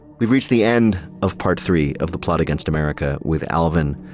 we've reached the end of part three of the plot against america with alvin,